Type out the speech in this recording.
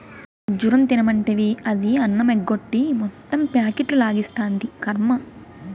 ఖజ్జూరం తినమంటివి, అది అన్నమెగ్గొట్టి మొత్తం ప్యాకెట్లు లాగిస్తాంది, కర్మ